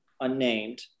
unnamed